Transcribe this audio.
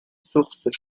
sources